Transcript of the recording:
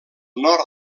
nord